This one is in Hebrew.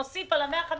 נוסיף על ה-150